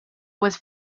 was